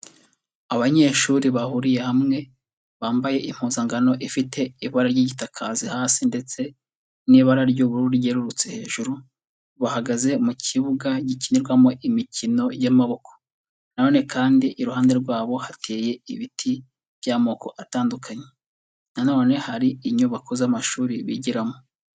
Abanyeshuri bahuriye hamwe, bambaye impuzankano ifite ibara ry'igitakazi hasi ndetse n'ibara ry'ubururu ryererutse hejuru, bahagaze mu kibuga gikinirwamo imikino y'amaboko, nanone kandi iruhande rwabo hateye ibiti by'amoko atandukanye, nanone hari inyubako z'amashuri bigiramo.